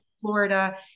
Florida